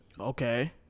Okay